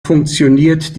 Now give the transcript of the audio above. funktioniert